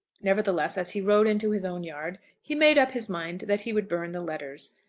nevertheless as he rode into his own yard, he made up his mind that he would burn the letters.